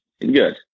Good